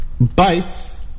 Bites